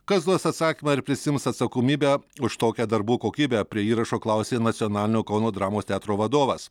kas duos atsakymą ir prisiims atsakomybę už tokią darbų kokybę prie įrašo klausė nacionalinio kauno dramos teatro vadovas